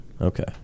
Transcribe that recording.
Okay